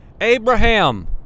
Abraham